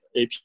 AP